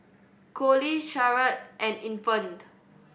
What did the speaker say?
Coley Charolette and Infant